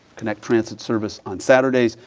connect transit service on saturdays,